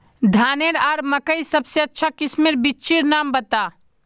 धानेर आर मकई सबसे अच्छा किस्मेर बिच्चिर नाम बता?